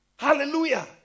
hallelujah